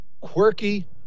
quirky